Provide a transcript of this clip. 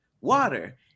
Water